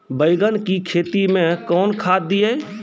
बैंगन की खेती मैं कौन खाद दिए?